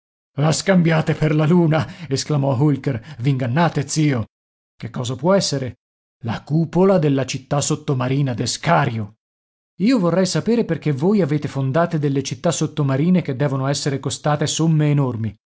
scambiate per la luna esclamò holker v'ingannate zio che cosa può essere la cupola della città sottomarina d'escario io vorrei sapere perché voi avete fondate delle città sottomarine che devono essere costate somme enormi